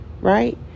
right